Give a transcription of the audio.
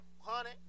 Honey